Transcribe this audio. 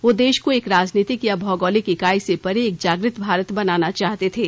वह देश को एक राजनीतिक या भौगोलिक इकाई से परे एक जागृत भारत बनाना चाहते थे